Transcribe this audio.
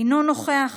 אינו נוכח,